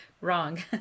wrong